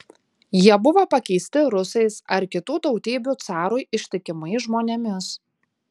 jie buvo pakeisti rusais ar kitų tautybių carui ištikimais žmonėmis